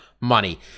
money